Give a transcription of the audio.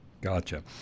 Gotcha